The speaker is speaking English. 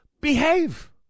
behave